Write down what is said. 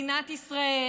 שמדינת ישראל,